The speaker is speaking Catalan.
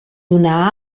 una